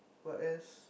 what else